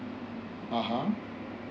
a'ah